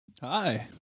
Hi